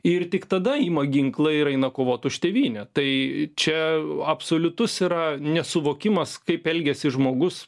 ir tik tada ima ginklą ir eina kovot už tėvynę tai čia absoliutus yra nesuvokimas kaip elgiasi žmogus